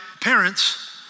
parents